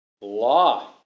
law